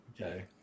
Okay